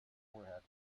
forehead